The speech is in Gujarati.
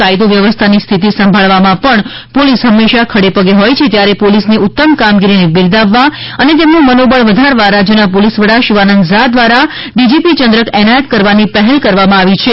કાયદો વ્યવ્સ્થાની સ્થિતિ સંભાળવામાં પોલીસ હંમેશા ખડેપગે હોય છે ત્યારે પોલીસની ઉત્તમ કામગીરીને બિરદાવવા અને તેમનું મનોબળ વધારવા રાજ્યનાં પોલીસવડા શિવાનંદ ઝા દ્રારા ડીજીપી ચંદ્રક એનાયત કરવાની પહેલ કરવામાં આવી છે